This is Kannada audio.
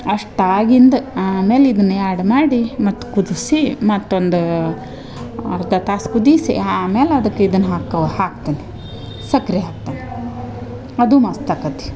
ಅಷ್ಟು ಆಗಿಂದ ಆಮೇಲೆ ಇದನ್ನ ಆ್ಯಡ್ ಮಾಡಿ ಮತ್ತೆ ಕುದಿಸಿ ಮತ್ತೊಂದು ಅರ್ಧ ತಾಸು ಕುದಿಸಿ ಆಮೇಲೆ ಅದಕ್ಕೆ ಇದನ್ನ ಹಾಕ್ಕವು ಹಾಕ್ತೀನಿ ಸಕ್ಕರೆ ಹಾಕ್ತೆನೆ ಅದು ಮಸ್ತು ಆಕತ್ತಿ